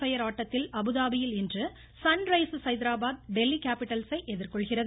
பயர் ஆட்டத்தில் அபுதாபியில் இன்று சன்ரைசர்ஸ் ஹைதராபாத் டெல்லி கேப்பிட்டல்ஸை எதிர்கொள்கிறது